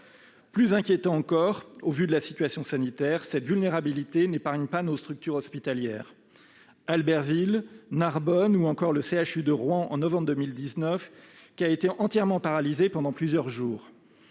Plus inquiétant encore au vu de la situation sanitaire, cette vulnérabilité n'épargne pas nos structures hospitalières, à Albertville, à Narbonne ou encore au CHU de Rouen, qui a été entièrement paralysé pendant plusieurs jours